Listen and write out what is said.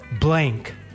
blank